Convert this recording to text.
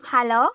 hello